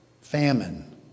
famine